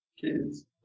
kids